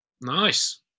Nice